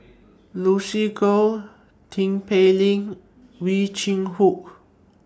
Lucy Koh Tin Pei Ling Ow Chin Hock